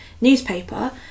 newspaper